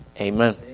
Amen